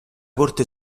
corte